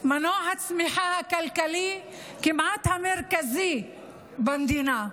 מנוע צמיחה כלכלי כמעט מרכזי במדינה.